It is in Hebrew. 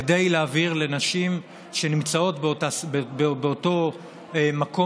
כדי להבהיר לנשים שנמצאות באותו מקום